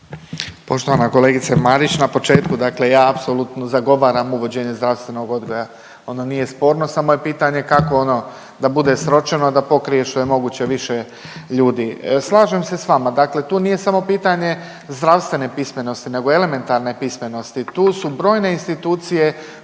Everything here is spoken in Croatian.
Poštovana kolegice Marić, na početku dakle ja apsolutno zagovaram uvođenje zdravstvenog odgoja, ono nije sporno samo je pitanje kako ono da bude sročeno da pokrije što je moguće više ljudi. Slažem se sa vama, dakle tu nije samo pitanje zdravstvene pismenosti, nego elementarne pismenosti. Tu su brojne institucije